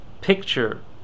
picture